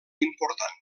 important